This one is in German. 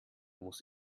muss